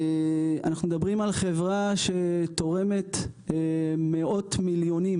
אנחנו מדברים על חברה שתורמת מאות מיליוני